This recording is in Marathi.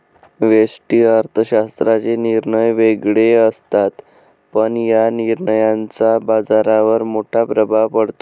व्यष्टि अर्थशास्त्राचे निर्णय वेगळे असतात, पण या निर्णयांचा बाजारावर मोठा प्रभाव पडतो